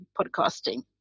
podcasting